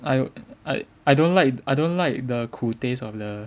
I I I don't like I don't like the 苦 taste of the